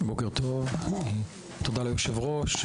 בוקר טוב, תודה ליושב ראש.